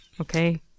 okay